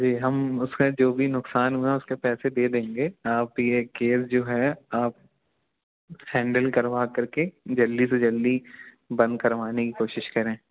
जी हम उसका जो भी नुकसान होगा उसके पैसे दे देंगे आप यह केस जो है आप हैंडल करवा करके जल्दी से जल्दी बंद करवाने की कोशिश करें